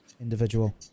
individual